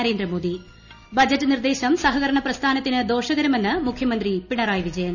Narendra Modi budget നിർദേശം സഹകരണ പ്രസ്ഥാനത്തിന് ദോഷകരമെന്ന് മുഖ്യമന്ത്രി പിണറായി വിജയൻ